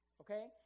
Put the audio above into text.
Okay